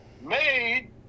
made